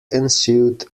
ensued